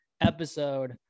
episode